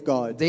God